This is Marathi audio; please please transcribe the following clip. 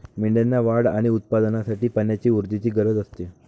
मेंढ्यांना वाढ आणि उत्पादनासाठी पाण्याची ऊर्जेची गरज असते